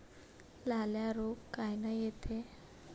लाल्या रोग कायनं येते?